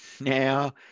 now